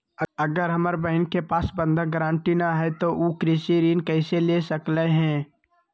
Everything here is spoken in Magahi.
अगर हमर बहिन के पास बंधक गरान्टी न हई त उ कृषि ऋण कईसे ले सकलई ह?